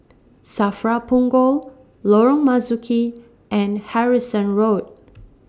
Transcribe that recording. SAFRA Punggol Lorong Marzuki and Harrison Road